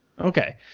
Okay